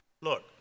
Look